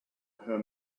her